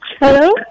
Hello